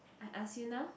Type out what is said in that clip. I ask you now